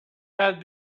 had